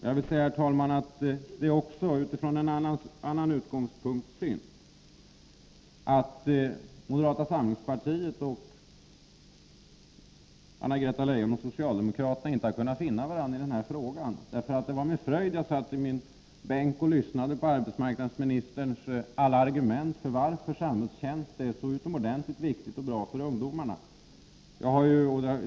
Men det är också utifrån en annan utgångspunkt synd att moderata samlingspartiet å ena sidan och Anna-Greta Leijon och socialdemokraterna å andra sidan inte kunnat finna varandra i denna fråga. Det var med fröjd jag satt i min bänk och lyssnade på arbetsmarknadsministerns alla argument för att samhällstjänst är så utomordentligt viktig och bra för ungdomarna.